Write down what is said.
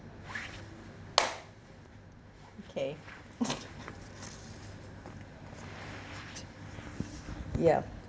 okay ya